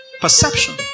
Perception